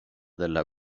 della